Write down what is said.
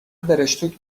برشتوک